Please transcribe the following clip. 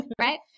Right